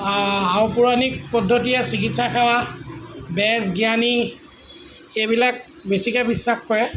আওপুৰণি পদ্ধতিৰে চিকিৎসা সেৱা বেজ জ্ঞানী এইবিলাক বেছিকৈ বিশ্বাস কৰে